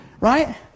Right